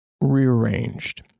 rearranged